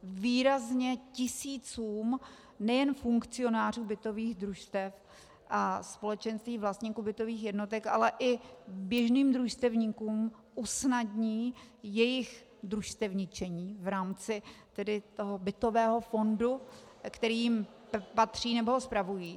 Výrazně tisícům, nejen funkcionářům bytových družstev a společenství vlastníků bytových jednotek, ale i běžným družstevníkům usnadní jejich družstevničení v rámci bytového fondu, který jim patří, nebo ho spravují.